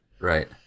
Right